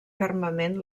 fermament